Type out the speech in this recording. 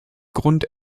grund